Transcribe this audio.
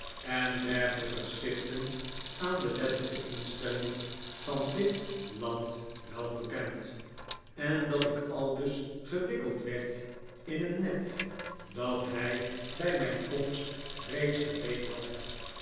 en dergelijke geschriften aan de wettige instellingen van dit land welbekend en dat ik aldus gewikkeld werd in een net dat hij bij mijn komst reeds gereed had